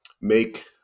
make